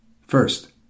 First